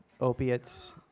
opiates